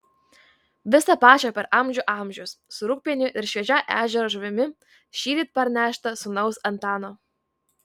vis tą pačią per amžių amžius su rūgpieniu ir šviežia ežero žuvimi šįryt parnešta sūnaus antano